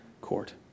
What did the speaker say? court